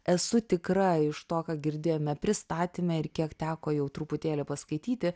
esu tikra iš to ką girdėjome pristatyme ir kiek teko jau truputėlį paskaityti